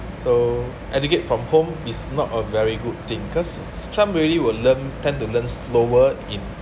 so educate from home is not a very good thing because s~ s~ somebody will learn tend to learn slower in